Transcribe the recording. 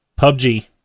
PUBG